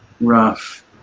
Rough